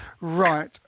right